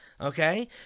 Okay